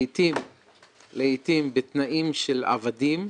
לעתים בתנאים של עבדים,